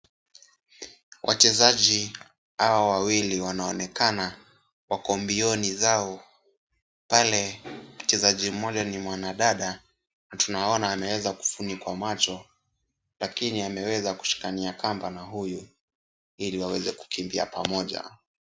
Wachezaji hawa wawili wanaonekana wako mbioni zao pale mchezaji mmoja ni mwanadada na tunaona anaweza kufunikwa macho lakini ameweza kushikania kamba na huyu hili waweze kukimbia pamoja.